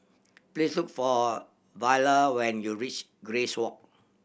please look for Viola when you reach Grace Walk